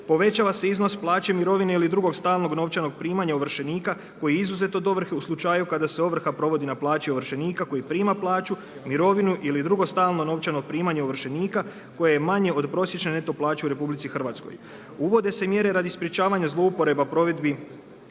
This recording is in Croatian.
povećava se iznos plaće i mirovine ili drugog stalnog novčanog primanja ovršenika koji je izuzet od ovrhe u slučaju kada se ovrha provodi na plaći ovršenika koji prima plaću, mirovinu ili drugo stalno novčano primanje ovršenika koje je manje od prosječne neto plaće u RH. Uvode se mjere radi sprečavanja zlouporaba provedbi